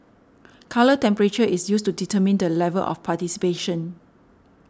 colour temperature is used to determine the level of participation